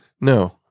no